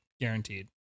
guaranteed